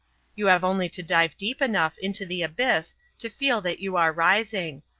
you have only to dive deep enough into the abyss to feel that you are rising.